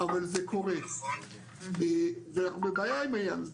אבל זה קורה ואנחנו בבעיה עם העניין הזה.